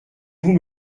vous